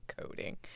coding